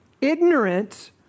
ignorant